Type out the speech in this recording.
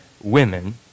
women